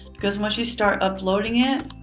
cause once you start uploading it,